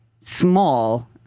small